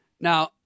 Now